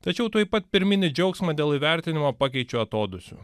tačiau tuoj pat pirminį džiaugsmą dėl įvertinimo pakeičiu atodūsiu